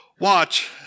Watch